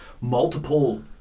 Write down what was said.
multiple